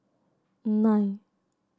nine